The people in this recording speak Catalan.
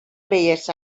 belles